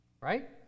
right